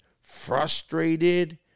frustrated